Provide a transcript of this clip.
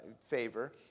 favor